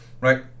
right